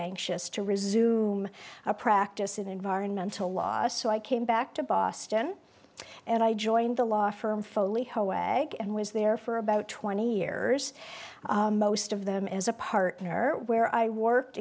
anxious to resume a practice in environmental laws so i came back to boston and i joined the law firm foley hallway and was there for about twenty years most of them as a partner where i worked